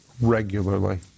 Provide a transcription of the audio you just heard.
regularly